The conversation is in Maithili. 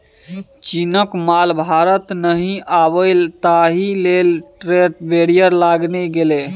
चीनक माल भारत नहि आबय ताहि लेल ट्रेड बैरियर लागि गेल